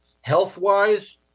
health-wise